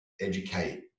educate